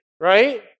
right